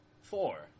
Four